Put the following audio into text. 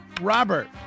Robert